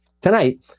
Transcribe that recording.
Tonight